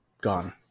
gone